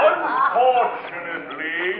Unfortunately